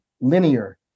linear